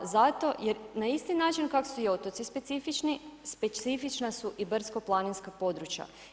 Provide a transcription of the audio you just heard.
Zato jer na isti način kako su i otoci specifični, specifična su i brdsko-planinska područja.